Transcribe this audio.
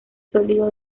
sólido